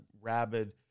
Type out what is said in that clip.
rabid